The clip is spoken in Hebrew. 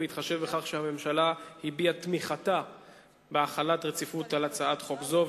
ובהתחשב בכך שהממשלה הביעה תמיכתה בהחלת רציפות על הצעת חוק זו,